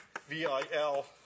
VIL